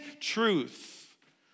truth